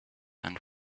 and